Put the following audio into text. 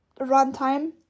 runtime